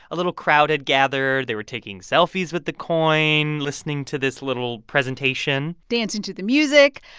a little crowd had gathered. they were taking selfies with the coin, listening to this little presentation dancing to the music.